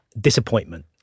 disappointment